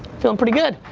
feeling pretty good.